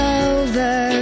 over